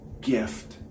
gift